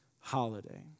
holiday